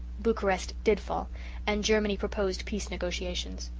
bucharest did fall and germany proposed peace negotiations.